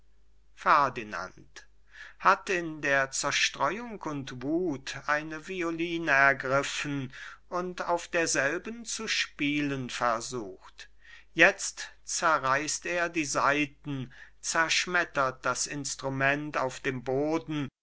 ferdinand hat in der zerstreuung und wuth eine violine ergriffen und auf derselben zu spielen versucht jetzt zerreißt er die saiten zerschmettert das instrument auf dem boden